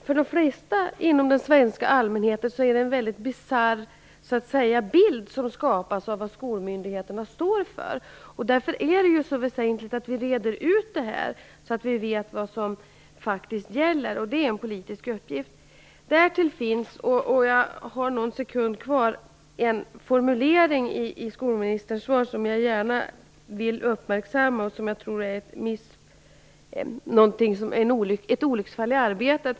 För de flesta i den svenska allmänheten skapar detta en väldigt bisarr bild av vad skolmyndigheterna står för, och därför är det väsentligt att vi reder ut detta. Vi måste veta vad som faktiskt gäller. Det är en politisk uppgift. Det finns en formulering i skolministerns svar som jag gärna vill uppmärksamma. Jag tror att den är ett olycksfall i arbetet.